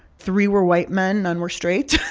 three were white men, none were straight.